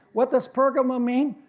what does pergamum mean?